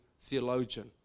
theologian